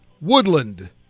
Woodland